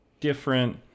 different